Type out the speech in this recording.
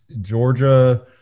Georgia –